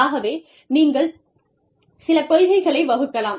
ஆகவே நீங்கள் சில கொள்கைகளை வகுக்கலாம்